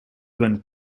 when